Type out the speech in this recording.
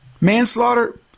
Manslaughter